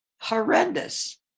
horrendous